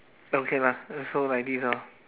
okay lah so like this ah